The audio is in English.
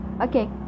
Okay